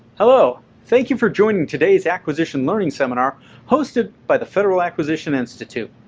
hello. thank you for joining today's acquisition learning seminar hosted by the federal acquisition institute.